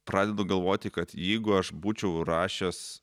pradedu galvoti kad jeigu aš būčiau rašęs